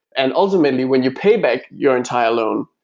and ultimately, when you pay back your entire loan,